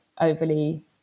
overly